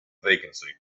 vacancy